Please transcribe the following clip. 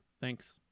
thanks